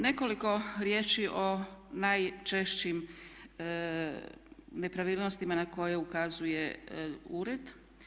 Nekoliko riječi o najčešćim nepravilnostima na koje ukazuje ured.